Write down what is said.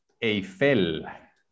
Eiffel